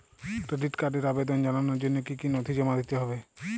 Credit কার্ডের আবেদন জানানোর জন্য কী কী নথি জমা দিতে হবে?